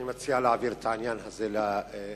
אני מציע להעביר את העניין הזה לוועדה.